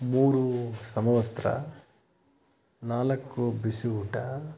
ಮೂರು ಸಮವಸ್ತ್ರ ನಾಲ್ಕು ಬಿಸಿ ಊಟ